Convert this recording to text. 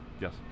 Yes